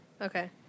Okay